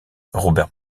robert